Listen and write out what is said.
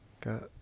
got